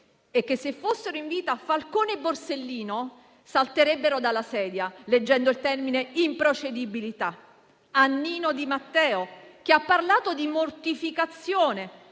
e che se fossero in vita Falcone e Borsellino salterebbero dalla sedia leggendo il termine improcedibilità. Nino Di Matteo ha parlato di «mortificazione